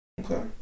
Okay